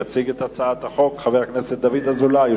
יציג את הצעת החוק חבר הכנסת דוד אזולאי,